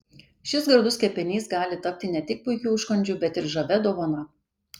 šis gardus kepinys gali tapti ne tik puikiu užkandžiu bet ir žavia dovana